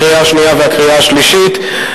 לקריאה השנייה ולקריאה השלישית.